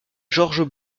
georges